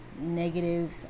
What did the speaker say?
negative